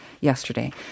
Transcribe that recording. yesterday